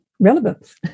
relevance